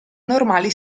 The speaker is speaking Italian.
normali